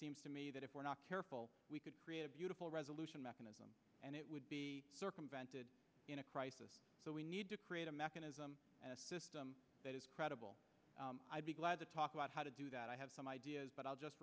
seems to me that if we're not careful we could create a beautiful resolution mechanism and it would be circumvented in a crisis so we need to create a mechanism that is credible i'd be glad to talk about how to do that i have some ideas but i'll just